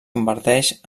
converteix